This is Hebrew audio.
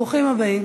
ברוכים הבאים.